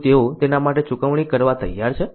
શું તેઓ તેના માટે ચૂકવણી કરવા તૈયાર છે